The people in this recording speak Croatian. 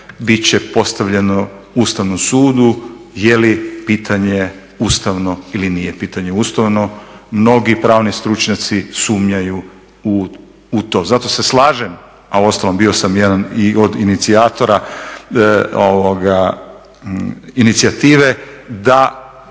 bit će postavljeno Ustavnom sudu je li pitanje ustavno ili nije pitanje ustavno. Mnogi pravni stručnjaci sumnjaju u tom. Zato se slažem, a uostalom bio sam jedan i od inicijatora inicijative da